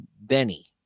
Benny